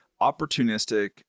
opportunistic